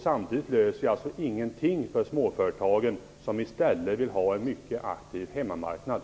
Samtidigt löser det igenting för småföretagen, som i stället vill ha en mycket aktiv hemmamarknad.